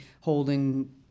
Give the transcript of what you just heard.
holding